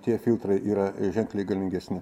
tie filtrai yra ženkliai galingesni